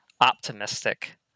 optimistic